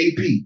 AP